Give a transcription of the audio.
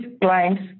clients